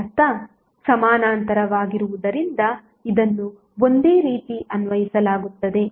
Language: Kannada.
ಇದರರ್ಥ ಸಮಾನಾಂತರವಾಗಿರುವುದರಿಂದ ಇದನ್ನು ಒಂದೇ ರೀತಿ ಅನ್ವಯಿಸಲಾಗುತ್ತದೆ